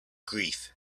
grief